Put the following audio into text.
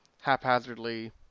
haphazardly